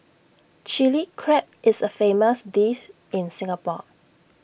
Chilli Crab is A famous dish in Singapore